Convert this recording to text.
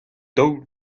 daol